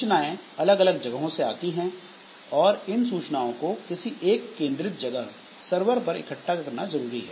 सूचनाएं अलग अलग जगहों से आती हैं और इन सूचनाओं को किसी एक केंद्रित जगह सर्वर पर इकट्ठा करना जरूरी है